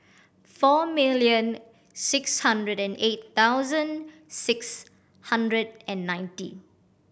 four million six hundred and eight thousand six hundred and ninety